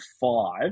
five